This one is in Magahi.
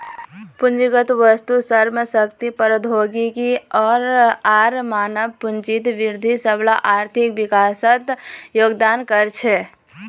पूंजीगत वस्तु, श्रम शक्ति, प्रौद्योगिकी आर मानव पूंजीत वृद्धि सबला आर्थिक विकासत योगदान कर छेक